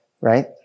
right